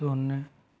शून्य